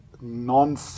non